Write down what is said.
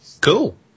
Cool